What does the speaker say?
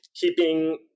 keeping